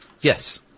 Yes